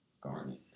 Garnet